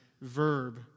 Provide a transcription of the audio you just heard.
verb